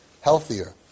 healthier